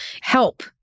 help